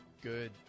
good